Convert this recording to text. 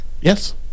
Yes